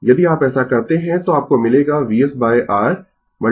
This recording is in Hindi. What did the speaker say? यदि आप ऐसा करते है तो आपको मिलेगा VsR Lτ e t tτ